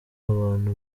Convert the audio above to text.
abantu